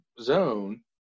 zone